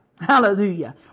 Hallelujah